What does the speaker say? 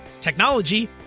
technology